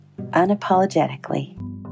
unapologetically